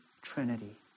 trinity